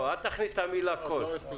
רגע, אל תכניס את המלה "כל".